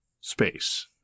space